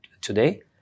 today